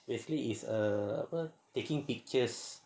basically is err apa taking pictures